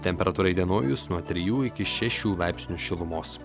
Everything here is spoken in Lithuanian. temperatūra įdienojus nuo trijų iki šešių laipsnių šilumos